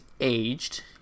aged